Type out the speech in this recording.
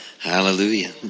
Hallelujah